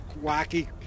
wacky